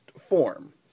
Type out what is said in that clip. form